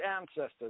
ancestors